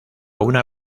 una